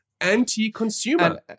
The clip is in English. anti-consumer